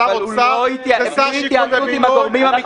בשר האוצר --- אבל הוא לא התייעץ עם הגורמים המקצועיים.